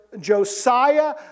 Josiah